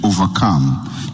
overcome